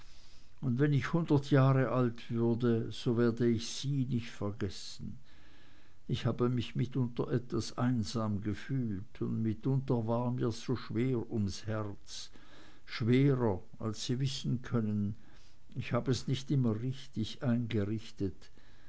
und wenn ich hundert jahre alt würde so werde ich sie nicht vergessen ich habe mich hier mitunter einsam gefühlt und mitunter war mir so schwer ums herz schwerer als sie wissen können ich habe es nicht immer richtig eingerichtet